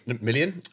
million